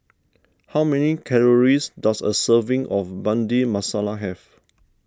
how many calories does a serving of Bhindi Masala have